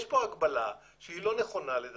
יש פה הגבלה שהיא לא נכונה, לדעתנו,